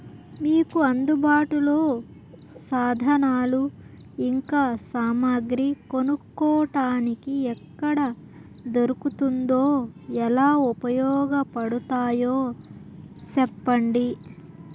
మీకు అందుబాటులో సాధనాలు ఇంకా సామగ్రి కొనుక్కోటానికి ఎక్కడ దొరుకుతుందో ఎలా ఉపయోగపడుతాయో సెప్పండి?